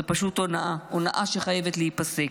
זו פשוט הונאה, הונאה שחייבת להיפסק.